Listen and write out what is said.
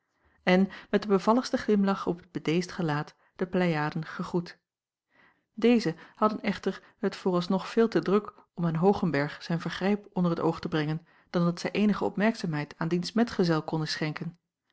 en met den bevalligsten glimlach op t bedeesd gelaat de pleiaden gegroet deze hadden echter het vooralsnog veel te druk om aan hoogenberg zijn vergrijp onder t oog te brengen dan dat zij eenige opmerkzaamheid aan diens medgezel konnen schenken